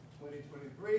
2023